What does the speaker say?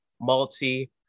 multi